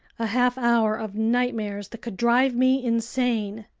a half hour of nightmares that could drive me insane!